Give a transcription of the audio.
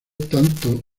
tanto